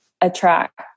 attract